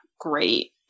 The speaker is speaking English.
great